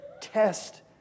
Test